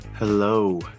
Hello